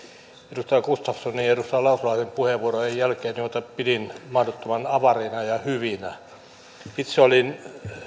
edustaja gustafssonin ja edustaja lauslahden puheenvuorojen jälkeen joita pidin mahdottoman avarina ja hyvinä itse olin